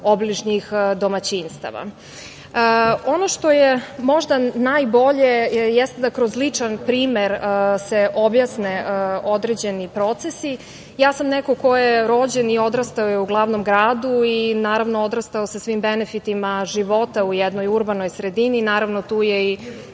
obližnjih domaćinstava. Ono što je možda najbolje jeste da se kroz lični primer objasne određeni procesi. Ja sam neko ko je rođen i odrastao u glavnom gradu, naravno, odrastao sa svim benefitima života u jednoj urbanoj sredini, naravno, tu je i